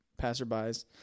passerbys